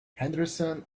henderson